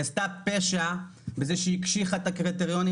היא עשתה פשע בזה שהיא הקשיחה את הקריטריונים